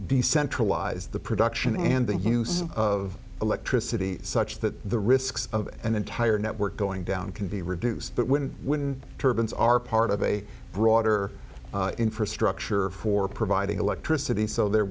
be centralize the production and the use of electricity such that the risks of an entire network going down can be reduced but when when turbans are part of a broader infrastructure for providing electricity so there